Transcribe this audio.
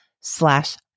slash